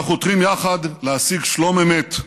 אנו חותרים יחד להשיג שלום אמת,